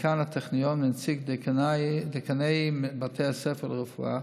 דיקן הטכניון ונציג דיקני בתי הספר לרפואה,